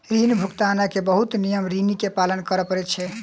ऋण भुगतान के बहुत नियमक ऋणी के पालन कर पड़ैत छै